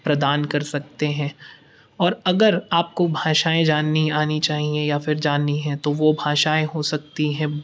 प्रदान कर सकते हैं और अगर आपको भाषाऍं जाननी आनी चाहिए या फिर जाननी हैं तो वो भाषाऍं हो सकती हैं